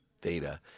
theta